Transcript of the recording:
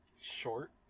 Short